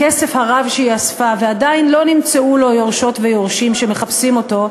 הכסף הרב שהיא אספה ועדיין לא נמצאו לו יורשות ויורשים שמחפשים אותו,